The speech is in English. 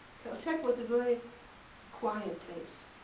caltech was a very quiet place.